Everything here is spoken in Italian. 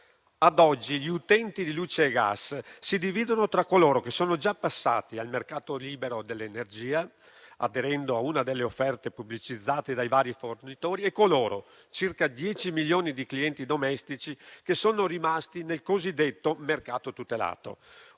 Ad oggi gli utenti di luce e gas si dividono tra coloro che sono già passati al mercato libero dell'energia, aderendo a una delle offerte pubblicizzate dai vari fornitori, e coloro - circa 10 milioni di clienti domestici - che sono rimasti nel cosiddetto mercato tutelato,